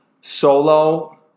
Solo